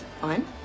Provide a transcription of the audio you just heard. Fine